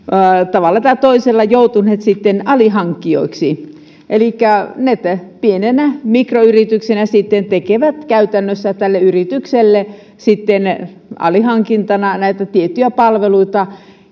tavalla tai toisella joutuneet alihankkijoiksi elikkä he pienenä mikroyrityksenä sitten tekevät käytännössä tälle yritykselle alihankintana näitä tiettyjä palveluita